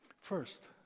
First